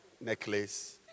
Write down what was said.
necklace